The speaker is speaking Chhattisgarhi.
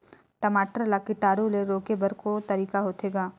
टमाटर ला कीटाणु ले रोके बर को तरीका होथे ग?